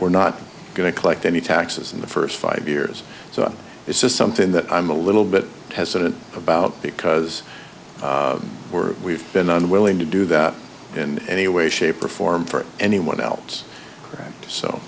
we're not going to collect any taxes in the first five years so it's just something that i'm a little bit hesitant about because we're we've been unwilling to do that in any way shape or form for anyone else